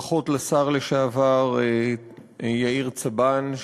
ברכות לשר לשעבר יאיר צבן,